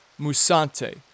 Musante